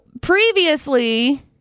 previously